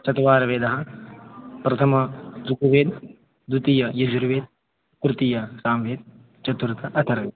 चत्वारवेदाः प्रथमः शुक्लवेदः द्वितीयः यजुर्वेदः तृतीयः सामवेदः चतुर्थः अथर्ववेदः